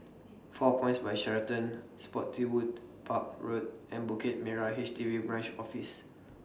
four Points By Sheraton Spottiswoode Park Road and Bukit Merah H D B Branch Office